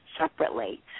separately